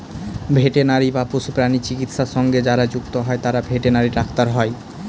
veterinary বা পশুপ্রাণী চিকিৎসা সঙ্গে যারা যুক্ত হয় তারা ভেটেনারি ডাক্তার হয়